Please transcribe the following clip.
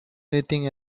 anything